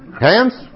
Hands